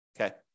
okay